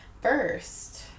first